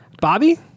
Bobby